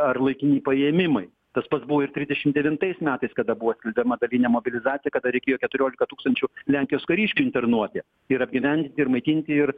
ar laikini paėmimai tas pats buvo ir trisdešim devintais metais kada buvo skelbiama dalinė mobilizacija kada reikėjo keturiolika tūkstančių lenkijos kariškių internuoti ir apgyvendinti ir maitinti ir